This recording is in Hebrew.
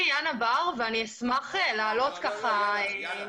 ואני חושב שזה די פוגע אחר כך בעתיד של החיילים